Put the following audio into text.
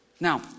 Now